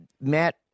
Matt